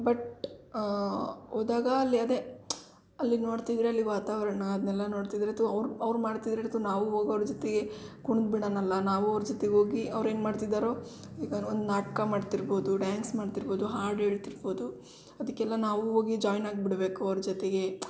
but ಹೋದಾಗ ಅಲ್ಲಿ ಅದೇ ಅಲ್ಲಿ ನೋಡ್ತಿದ್ದರೆ ಅಲ್ಲಿ ವಾತಾವರಣ ಅದನ್ನೆಲ್ಲ ನೋಡ್ತಿದ್ದರೆ ಥೋ ಅವ್ರ ಅವ್ರ ಮಾಡ್ತಿದ್ರೆ ಥೋ ನಾವು ಹೋಗಿ ಅವ್ರ ಜೊತೆಗೆ ಕುಣ್ದು ಬಿಡೋಣ ಅಲ್ಲ ನಾವು ಅವ್ರ ಜೊತೆ ಹೋಗಿ ಅವ್ರು ಹೆಂಗ್ಮಾಡ್ತಿದ್ದಾರೋ ಈಗ ಒಂದು ನಾಟಕ ಮಾಡ್ತಿರ್ಬೋದು ಡ್ಯಾನ್ಸ್ ಮಾಡ್ತಿರ್ಬೋದು ಹಾಡು ಹೇಳ್ತಿರ್ಬೋದು ಅದಕ್ಕೆಲ್ಲ ನಾವೂ ಹೋಗಿ ಜಾಯ್ನ್ ಆಗಿಬಿಡ್ಬೇಕು ಅವ್ರ ಜೊತೆಗೆ